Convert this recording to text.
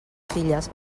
filles